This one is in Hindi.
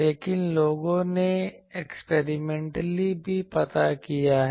लेकिन लोगों ने एक्सपेरिमेंटली भी पता किया है